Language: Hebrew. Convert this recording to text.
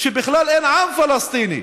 בכלל אין עם פלסטיני.